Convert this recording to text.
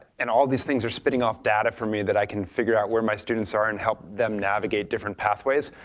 and all these things are spitting of data for me that i can figure out where my students are and help them navigate different pathways.